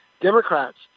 Democrats